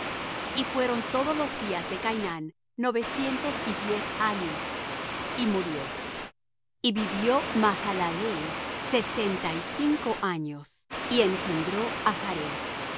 y fueron todos los días de cainán novecientos y diez años y murió y vivió mahalaleel sesenta y cinco años y engendró á jared